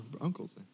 uncle's